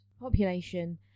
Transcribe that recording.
population